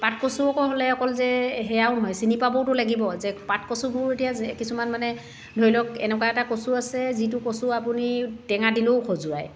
পাতকচু আকৌ হ'লে অকল যে সেয়াও নহয় চিনি পাবওতো লাগিব যে পাতকচুবোৰ এতিয়া কিছুমান মানে ধৰি লওক এনেকুৱা এটা কচু আছে যিটো কচু আপুনি টেঙা দিলেও খজুৱায়